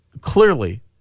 clearly